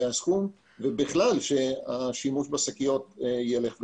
הסכום ובכלל שהשימוש בשקיות ילך ויצטמצם.